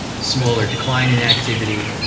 smaller decline in activity,